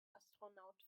astronaut